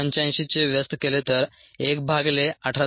85 चे व्यस्त केले तर 1 भागिले 18